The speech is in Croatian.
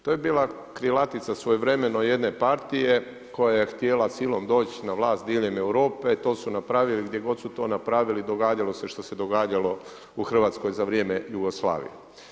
To je bila krilatica svojevremeno jedne partije, koja je htjela silom doći na vlast diljem Europe, to su napravili, gdje god su to napravili, događalo se što se događalo u Hrvatskoj za vrijeme Jugoslavije.